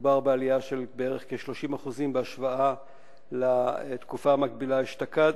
מדובר בעלייה של בערך 30% בהשוואה לתקופה המקבילה אשתקד.